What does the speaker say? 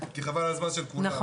כי חבל על הזמן של כולם,